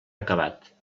acabat